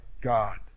God